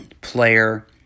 player